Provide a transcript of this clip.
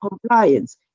compliance